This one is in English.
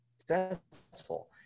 successful